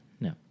No